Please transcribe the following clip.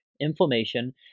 inflammation